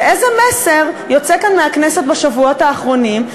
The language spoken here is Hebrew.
איזה מסר יוצא כאן מהכנסת בשבועות האחרונים?